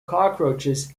cockroaches